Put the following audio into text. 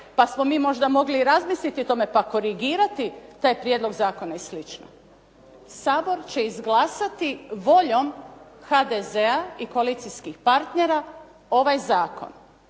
pa smo mi možda mogli i razmisliti o tome pa korigirati taj prijedlog zakona i slično". Sabor će izglasati voljom HDZ-a i koalicijskih partnera ovaj zakon.